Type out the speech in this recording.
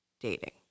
dating